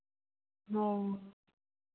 ᱦᱚᱸ